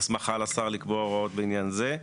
הסמכה לשר לקבוע הוראות בעניין זה?